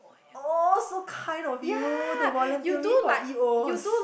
oh so kind of you to volunteer me for E Os